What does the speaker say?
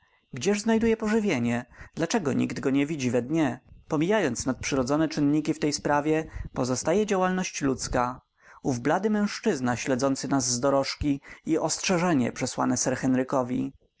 gdzież znajduje pożywienie dlaczego nikt go nie widzi we dnie pomijając nadprzyrodzone czynniki w tej sprawie pozostaje działalność ludzka ów blady mężczyzna śledzący nas z dorożki i ostrzeżenie przesłane sir henrykowi to są